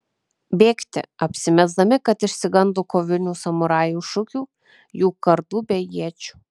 bėgti apsimesdami kad išsigando kovinių samurajų šūkių jų kardų bei iečių